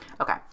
Okay